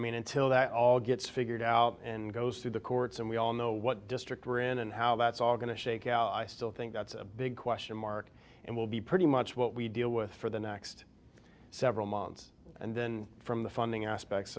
mean until that all gets figured out and goes through the courts and we all know what district we're in and how that's all going to shake out i still think that's a big question mark and will be pretty much what we deal with for the next several months and then from the funding aspect